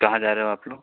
कहाँ जा रहे हो आप लोग